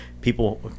People